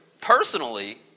Personally